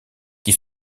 qui